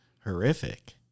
horrific